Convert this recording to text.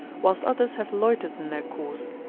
whilst others have loitered in their course,